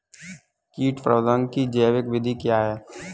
कीट प्रबंधक की जैविक विधि क्या है?